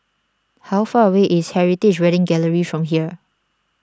how far away is Heritage Wedding Gallery from here